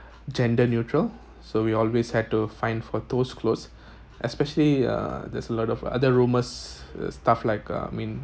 gender neutral so we always had to find for those clothes especially uh there's a lot of other rumors stuff like uh I mean